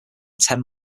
ten